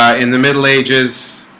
ah in the middle ages